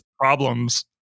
problems